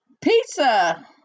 Pizza